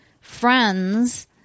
friends